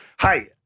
Hey